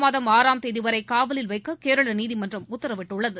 மாதம் ஆறாம் தேதி வரை காவலில் வைக்க கேரள நீதிமன்றம் உத்தரவிட்டுள்ளது